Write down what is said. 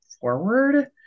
forward